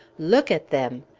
look at them!